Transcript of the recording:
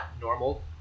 normal